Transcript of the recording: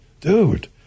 dude